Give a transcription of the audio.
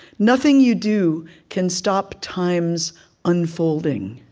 nothing you do can stop time's unfolding.